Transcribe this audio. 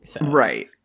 Right